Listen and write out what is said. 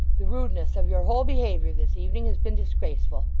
the rudeness of your whole behaviour this evening has been disgraceful.